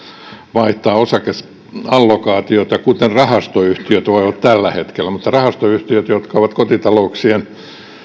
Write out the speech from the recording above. vaihtaa osakeallokaatioita kuten rahastoyhtiöt voivat tällä hetkellä mutta rahastoyhtiöt jotka ovat kotitalouksien